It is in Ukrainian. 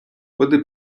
води